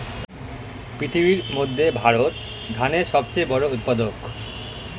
পৃথিবীর মধ্যে ভারত ধানের সবচেয়ে বড় উৎপাদক